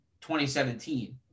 2017